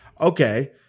okay